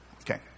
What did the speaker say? Okay